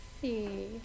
see